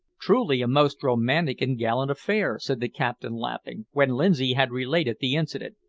truly, a most romantic and gallant affair, said the captain, laughing, when lindsay had related the incident,